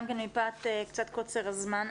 גם מפאת קצת קוצר הזמן,